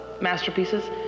masterpieces